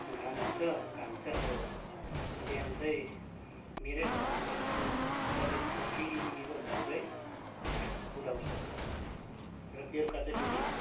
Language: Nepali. घाम हुन्छ घाम चाहिँ अब बिहान चाहिँ मेरै घरमा एकदमै मज्जाले चकिलो भएर चाहिँ उदाउँछ र बेलुका चाहिँ फेरि